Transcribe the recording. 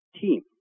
team